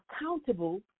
accountable